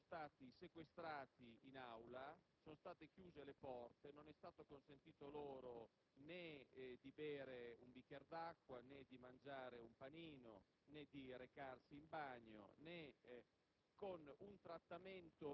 Da quel momento sono stati sequestrati in Aula; sono state chiuse le porte e non è stato consentito loro né di bere un bicchiere d'acqua, né di mangiare un panino, né di recarsi in bagno, con